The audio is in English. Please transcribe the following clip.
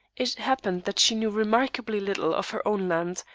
it happened that she knew remarkably little of her own land,